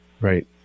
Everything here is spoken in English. Right